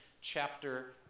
chapter